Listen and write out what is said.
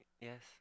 Yes